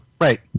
Right